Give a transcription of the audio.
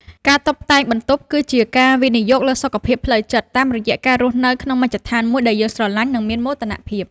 ការតុបតែងបន្ទប់គឺជាការវិនិយោគលើសុខភាពផ្លូវចិត្ត តាមរយៈការរស់នៅក្នុងមជ្ឈដ្ឋានមួយដែលយើងស្រឡាញ់ និងមានមោទនភាព។